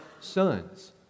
sons